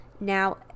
Now